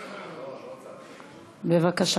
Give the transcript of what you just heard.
בבקשה.